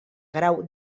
grau